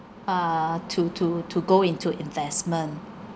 uh to to to go into investment